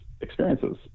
experiences